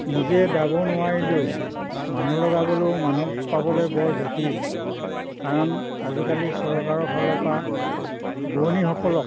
নিজে দাব নোৱাৰিলেও মানুহ লগাবলৈও মানুহ পাবলৈ বৰ জটিল কাৰণ আজিকালি চৰকাৰৰ ফালৰ পৰা বোৱনীসকলক